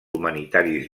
humanitaris